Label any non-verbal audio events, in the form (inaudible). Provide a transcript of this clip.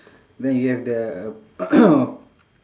then you have the (coughs)